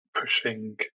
pushing